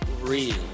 real